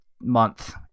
month